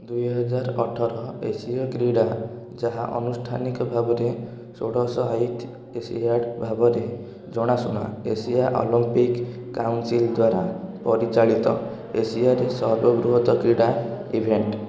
ଦୁଇହଜାର ଅଠର ଏସୀୟ କ୍ରୀଡ଼ା ଯାହା ଆନୁଷ୍ଠାନିକ ଭାବରେ ଷୋଡ଼ଶ ଏଇଥ ଏସିଆଡ଼ ଭାବରେ ଜଣାଶୁଣା ଏସିଆ ଅଲମ୍ପିକ୍ କାଉନସିଲ୍ ଦ୍ୱାରା ପରିଚାଳିତ ଏସିଆରେ ସର୍ବବୃହତ କ୍ରୀଡ଼ା ଇଭେଣ୍ଟ